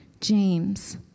James